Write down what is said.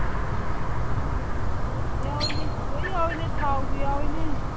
ꯁꯒꯣꯜ ꯍꯋꯥꯏ ꯌꯥꯎꯏ ꯌꯥꯎꯏꯅꯦ ꯂꯣꯏ ꯌꯥꯎꯏꯅꯦ ꯊꯥꯎꯁꯨ ꯌꯥꯎꯏꯅꯦ